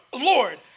Lord